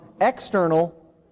external